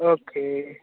okay